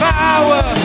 power